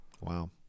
Wow